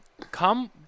come